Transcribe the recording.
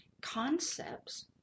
concepts